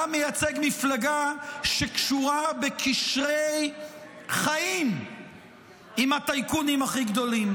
אתה מייצג מפלגה שקשורה בקשרי חיים עם הטייקונים הכי גדולים.